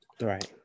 Right